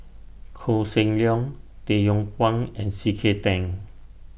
Koh Seng Leong Tay Yong Kwang and C K Tang